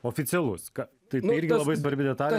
oficialus ką tai tai irgi labai svarbi detalė